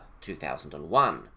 2001